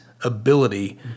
ability